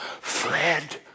fled